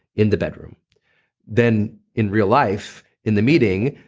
in the bedroom then in real life, in the meeting,